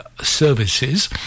services